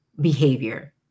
behavior